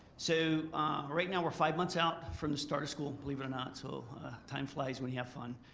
so right now we're five months out from the start of school, believe it or not. so time flies when yeah fun.